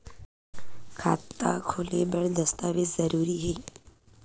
का खाता खोले बर दस्तावेज जरूरी हे?